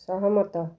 ସହମତ